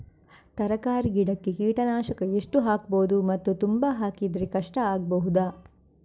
ತರಕಾರಿ ಗಿಡಕ್ಕೆ ಕೀಟನಾಶಕ ಎಷ್ಟು ಹಾಕ್ಬೋದು ಮತ್ತು ತುಂಬಾ ಹಾಕಿದ್ರೆ ಕಷ್ಟ ಆಗಬಹುದ?